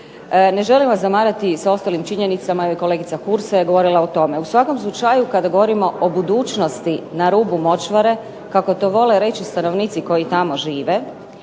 Ne želim vas zamarati sa ostalim činjenicama jer kolegica Hursa je govorila o tome. U svakom slučaju kada govorimo o budućnosti na rubu močvare kako to vole reći stanovnici koji tamo žive